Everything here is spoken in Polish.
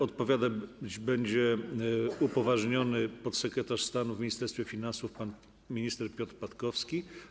Odpowiadać będzie upoważniony podsekretarz stanu w Ministerstwie Finansów pan minister Piotr Patkowski.